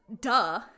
duh